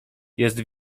jest